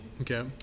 okay